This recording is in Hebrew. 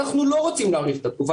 אנחנו לא רוצים להאריך את התקופה,